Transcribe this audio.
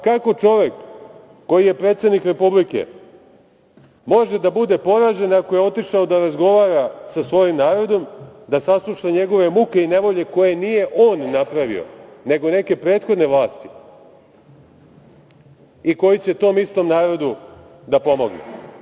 Kako čovek koji je predsednik Republike može da bude poražen ako je otišao da razgovara sa svojim narodom, da sasluša njegove muke i nevolje koje nije on napravio, nego neke prethodne vlasti i koji će tom istom narodu da pomogne.